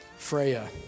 Freya